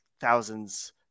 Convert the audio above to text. thousands